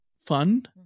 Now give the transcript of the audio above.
fun